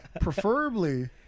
Preferably